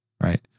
Right